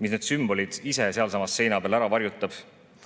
mis need sümbolid ise sealsamas seina peal ära varjutab,